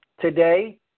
Today